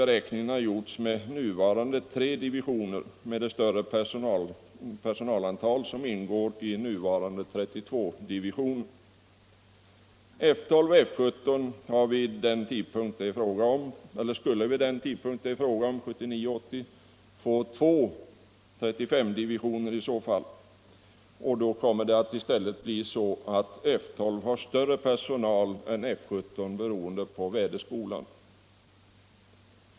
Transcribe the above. Beräkningen har gjorts med nuvarande tre divisioner samt med den större personal som ingår i nuvarande 32-divisionen. F 12 och F 17 skulle vid den tidpunkt det är fråga om i så fall ha fått två 35-divisioner.